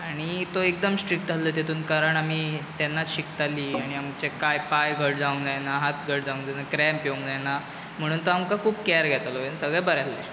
आनी तो एकदम स्ट्रीक्ट आसलो तेतून कारण आमी तेन्ना शिकताली आनी आमचे तेन्ना पांय घट जावंक जायना हात घट जावंक जायना क्रेंप येवंक जायना म्हुणून तो आमकां खूब केर घेतालो म्हूण सगलें बरें आसलें